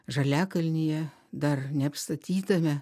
žaliakalnyje dar neapstatytame